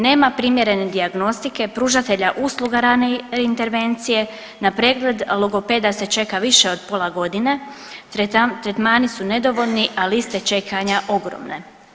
Nema primjerene dijagnostike pružatelja usluga rane intervencije, na pregled logopeda se čeka više od pola godine, tretmani su nedovoljni, a liste čekanja ogromne.